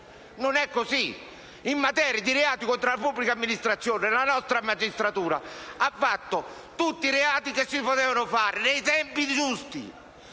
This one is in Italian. Non è così. In materia di reati contro la pubblica amministrazione la nostra magistratura ha fatto tutto quello che si poteva fare nei tempi giusti.